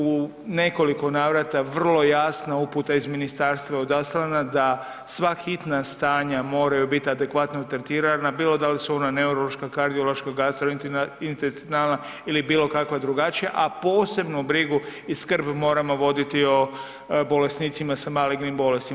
U nekoliko navrata vrlo jasna uputa iz ministarstva je odaslana da sva hitna stanja moraju biti adekvatno tretirana, bilo da li su ona neurološka, kardiološka, gastrointestinalna ili bilo kakva drugačija, a posebnu brigu i skrb moramo voditi o bolesnicima sa malignim bolestima.